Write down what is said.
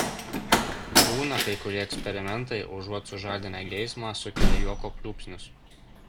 būna kai kurie eksperimentai užuot sužadinę geismą sukelia juoko pliūpsnius